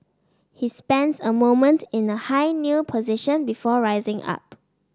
he spends a moment in a high kneel position before rising up